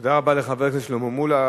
תודה רבה לחבר הכנסת שלמה מולה.